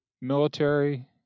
military